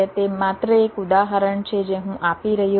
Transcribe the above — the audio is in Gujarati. તે માત્ર એક ઉદાહરણ છે જે હું આપી રહ્યો છું